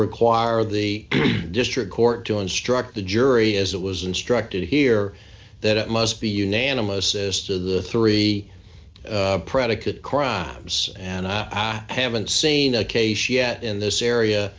require the district court to instruct the jury as it was instructed here that it must be unanimous as to the three predicate crimes and i haven't seen a case yet in this area